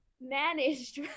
managed